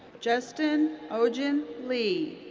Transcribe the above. justin ojin lee.